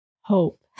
hope